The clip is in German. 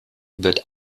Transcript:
wird